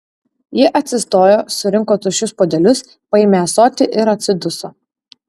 ji atsistojo surinko tuščius puodelius paėmė ąsotį ir atsiduso